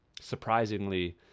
surprisingly